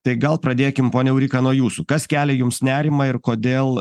tai gal pradėkim ponia eurika nuo jūsų kas kelia jums nerimą ir kodėl